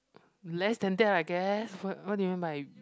less than that I guess what what do you mean by